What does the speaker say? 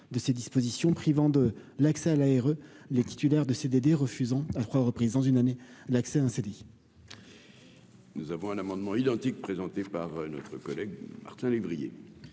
de ces dispositions, privant de l'accès à l'ARE les titulaires de CDD, refusant à 3 reprises dans une année, l'accès un CDI. Nous avons un amendement identique présentée par notre collègue Martin lévrier.